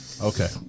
Okay